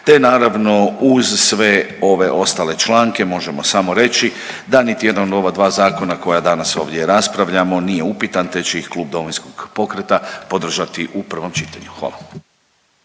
te naravno uz sve ove ostale članke možemo samo reći da niti jedan od ova dva zakona koja danas ovdje raspravljamo nije upitan te će ih Klub Domovinskog pokreta podržati u prvom čitanju. Hvala.